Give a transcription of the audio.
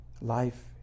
Life